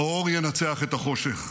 האור ינצח את החושך,